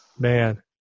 Man